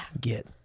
get